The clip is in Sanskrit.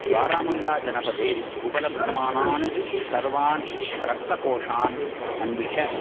बारामुल्लाजनपदे उपलभ्यमानान् सर्वान् रक्तकोषान् अन्विष